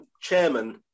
chairman